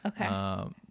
Okay